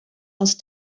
als